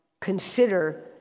consider